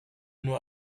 nur